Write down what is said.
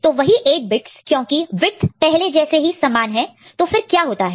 तो वही 8 बिट्स क्योंकि वीडत पहले जैसे ही समान है तो फिर क्या होता है